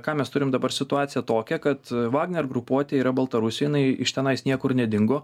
ką mes turim dabar situaciją tokią kad vagner grupuotė yra baltarusijoj jinai iš tenais niekur nedingo